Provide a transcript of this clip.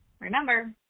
Remember